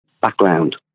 background